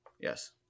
yes